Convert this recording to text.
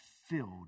filled